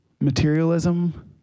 materialism